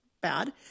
bad